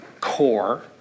core